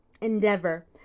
endeavor